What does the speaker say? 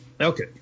Okay